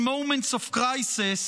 in moments of crisis,